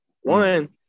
One